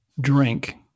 drink